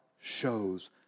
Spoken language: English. shows